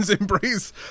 embrace